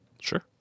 sure